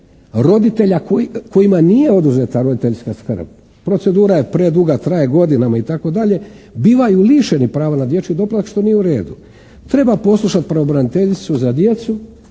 roditelja kojima nije oduzeta roditeljska skrb, procedura je preduga, traje godinama itd. bivaju lišeni prava na dječji doplatak, što nije u redu. Treba poslušati pravobraniteljicu za djecu,